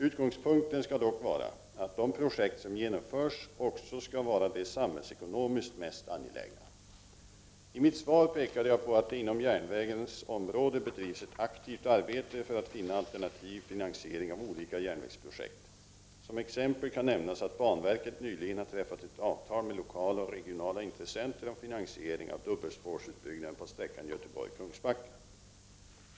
Utgångspunkten skall dock vara att de projekt som genomförs också skall vara de samhällsekonomiskt mest angelägna. I mitt svar pekade jag på att det inom järnvägens område bedrivs ett aktivt arbete för att finna alternativ finansiering av olika järnvägsprojekt. Som exempel kan nämnas att banverket nyligen har träffat ett avtal med lokala och regionala intressenter om finansieringen av dubbelspårsutbyggnad på sträckan Göteborg-Kungsbacka.